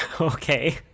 Okay